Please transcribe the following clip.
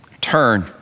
Turn